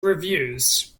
reviews